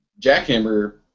Jackhammer